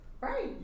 Right